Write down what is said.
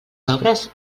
sobres